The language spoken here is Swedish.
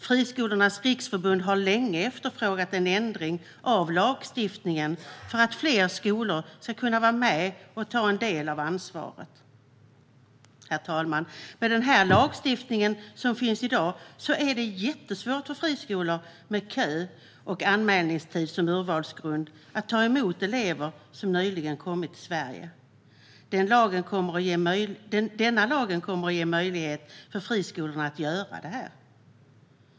Friskolornas riksförbund har länge efterfrågat en ändring av lagstiftningen för att fler skolor ska kunna vara med och ta en del av ansvaret. Herr talman! Med den lagstiftning som finns i dag är det jättesvårt för friskolor med kö och anmälningstid som urvalsgrund att ta emot elever som nyligen kommit till Sverige. Denna lag kommer att ge friskolorna möjlighet att göra det.